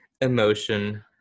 emotion